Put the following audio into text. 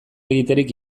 egiterik